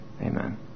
Amen